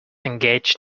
engaged